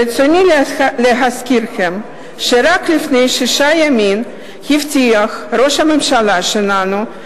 ברצוני להזכירכם שרק לפני שישה ימים הבטיח ראש הממשלה שלנו,